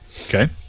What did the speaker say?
okay